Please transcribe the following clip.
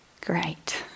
great